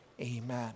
Amen